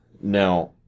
Now